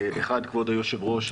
כבוד היושב-ראש,